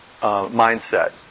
mindset